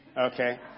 Okay